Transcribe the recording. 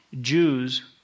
Jews